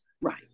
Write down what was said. right